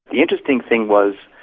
the interesting thing was,